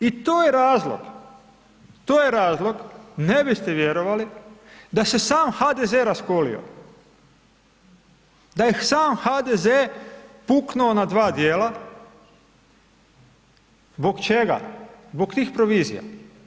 I to je razlog, to je razlog, ne biste vjerovali da se sam HDZ raskolio, da je sam HDZ puknuo na dva djela zbog čega? zbog tih provizija.